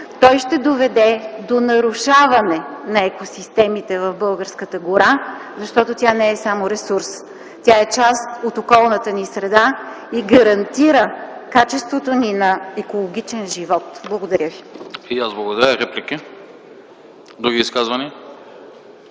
той ще доведе до нарушаване на екосистемите в българската гора, защото тя не е само ресурс. Тя е част от околната ни среда и гарантира качеството ни на екологичен живот. Благодаря ви. ПРЕДСЕДАТЕЛ АНАСТАС АНАСТАСОВ: И аз благодаря. Реплики? Други изказвания?